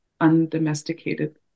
undomesticated